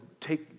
take